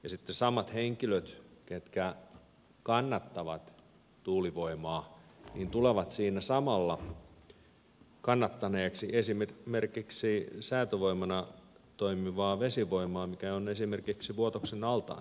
sitten samat henkilöt jotka kannattavat tuulivoimaa tulevat siinä samalla kannattaneeksi esimerkiksi säätövoimana toimivaa vesivoimaa mikä merkitsee esimerkiksi vuotoksen altaan tekemistä